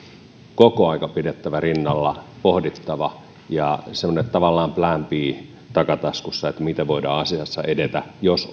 koko ajan pidettävä rinnalla ja pohdittava on oltava tavallaan semmoinen plan b takataskussa miten voidaan asiassa edetä jos